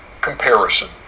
comparison